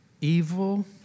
evil